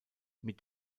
mit